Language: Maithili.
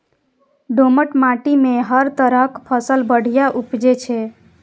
दोमट माटि मे हर तरहक फसल बढ़िया उपजै छै